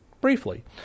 Briefly